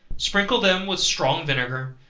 sprinkle them with strong vinegar,